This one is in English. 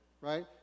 Right